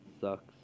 sucks